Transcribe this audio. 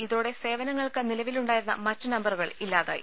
ഇതോടെ സേവനങ്ങൾക്ക് നില വിലുണ്ടായിരുന്ന മറ്റ് നമ്പറുകൾ ഇല്ലാതായി